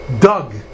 Doug